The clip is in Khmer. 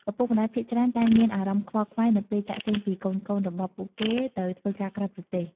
ឪពុកម្ដាយភាគច្រើនតែងមានអារម្មណ៍ខ្វល់ខ្វាយ នៅពេលចាកចេញពីកូនៗរបស់ពួកគេទៅធ្វើការក្រៅប្រទេស។